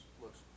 looks